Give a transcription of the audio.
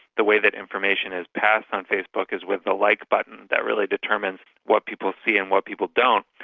the way that information is passed on facebook is with the like button, that really determines what people see and what people don't.